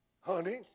Honey